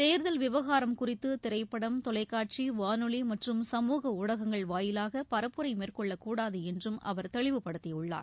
தேர்தல் விவகாரம் குறித்து திரைப்படம் தொலைக்காட்சி வானொலி மற்றும் சமூக ஊடகங்கள் வாயிலாக பரப்புரை மேற்கொள்ளக் கூடாது என்று அவர் தெளிவுபடுத்தியுள்ளார்